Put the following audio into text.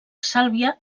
sàlvia